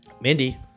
Mindy